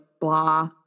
blah